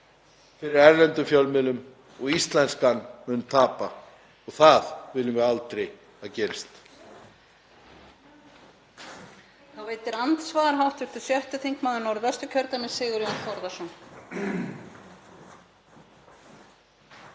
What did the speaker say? fyrir erlendum fjölmiðlum og íslenskan mun tapa og það viljum við aldrei að gerist.